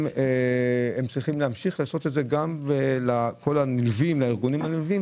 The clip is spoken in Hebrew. היא צריכה להמשיך לעשות את זה גם לגבי הארגונים הנלווים.